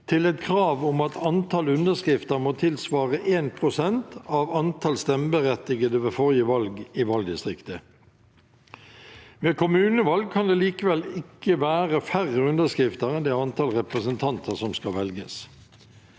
til et krav om at antallet underskrifter må tilsvare 1 pst. av antall stemmeberettigede ved forrige valg i valgdistriktet. Ved kommunevalg kan det likevel ikke være færre underskrifter enn det antall representanter som skal velges.